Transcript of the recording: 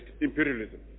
imperialism